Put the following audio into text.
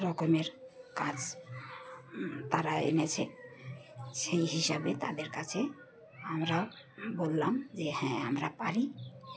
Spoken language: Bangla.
রকমের কাজ তারা এনেছে সেই হিসাবে তাদের কাছে আমরা বললাম যে হ্যাঁ আমরা পারি